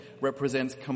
represents